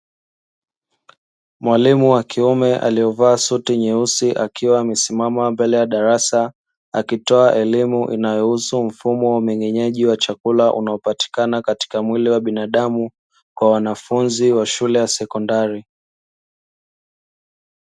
Mwalimu wa kiume aliyevaa suti nyeusi, akiwa amesimama mbele ya darasa, akitoa elimu inayohusu mfumo wa umeng'enyaji wa chakula unaopatikana katika mwili wa binadamu, kwa wanafunzi wa shule ya sekondari.